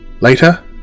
Later